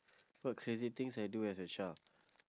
what crazy things I do as a child